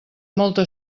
molta